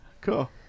Cool